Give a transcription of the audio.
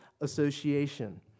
association